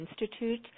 Institute